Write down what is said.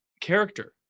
character